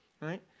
right